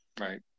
Right